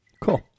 Cool